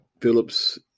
Phillips